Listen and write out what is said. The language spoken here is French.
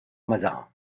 mazarin